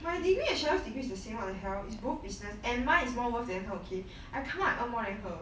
my degree a cheryl degree is the same what the hell is both business and mine is more worth than he okay I come up I earn more than her